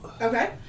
Okay